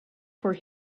for